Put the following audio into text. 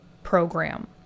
program